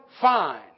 fine